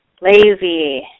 lazy